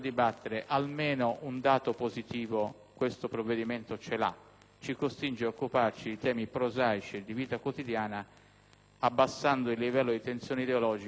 abbassando il livello di tensione ideologica, cosa di cui penso abbiamo tutti bisogno.